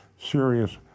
serious